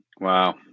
Wow